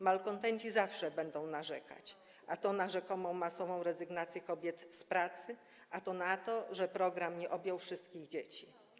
Malkontenci zawsze będą narzekać: a to na rzekomą masową rezygnację kobiet z pracy, a to na to, że program nie objął wszystkich dzieci.